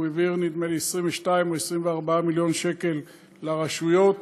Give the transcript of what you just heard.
הוא העביר, נדמה לי, 22 או 24 מיליון שקל לרשויות